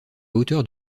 hauteur